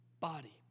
body